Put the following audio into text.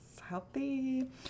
Healthy